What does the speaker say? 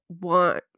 want